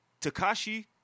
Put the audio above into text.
Takashi